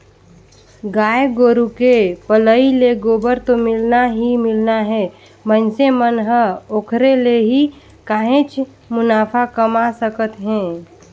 गाय गोरु के पलई ले गोबर तो मिलना ही मिलना हे मइनसे मन ह ओखरे ले ही काहेच मुनाफा कमा सकत हे